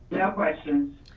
no questions.